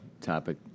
topic